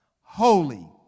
holy